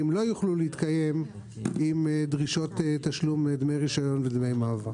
לא יוכלו להתקיים עם דרישות תשלום דמי רישיון ודמי מעבר.